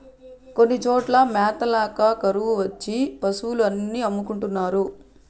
కొన్ని చోట్ల మ్యాత ల్యాక కరువు వచ్చి పశులు అన్ని అమ్ముకుంటున్నారు